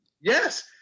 yes